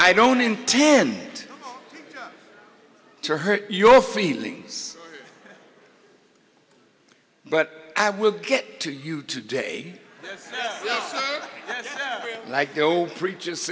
i don't intend to hurt your feelings but i will get to you today like no three just